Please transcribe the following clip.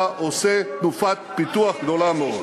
אתה עושה תנופת פיתוח גדולה מאוד.